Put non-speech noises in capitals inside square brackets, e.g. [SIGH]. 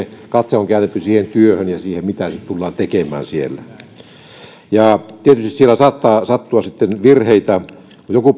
katse on käännetty siihen työhön ja siihen mitä tullaan tekemään siellä tietysti siellä saattaa sattua sitten virheitä joku [UNINTELLIGIBLE]